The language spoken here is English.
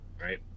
right